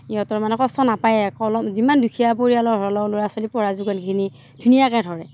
সিহঁতৰ মানে কষ্ট নাপায়েই আৰু কলম যিমান দুখীয়া পৰিয়ালৰ হ'লেও ল'ৰা ছোৱালী পঢ়াৰ যোগানখিনি ধুনীয়াকৈ ধৰে